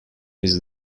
his